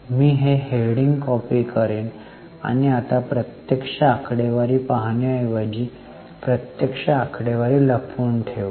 मी heading copy करेन आणि आता प्रत्यक्ष आकडेवारी पाहण्याऐवजी प्रत्यक्ष आकडेवारी लपवून ठेवू